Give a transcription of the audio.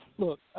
Look